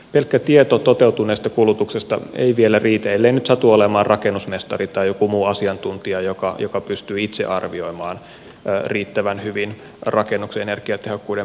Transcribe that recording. pelkkä tieto toteutuneesta kulutuksesta ei vielä riitä ellei nyt satu olemaan rakennusmestari tai joku muu asiantuntija joka pystyy itse arvioimaan riittävän hyvin rakennuksen energiatehokkuuden parantamismahdollisuuksia